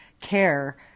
care